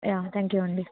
yeah thank you అండి